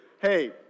Hey